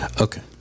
Okay